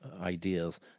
ideas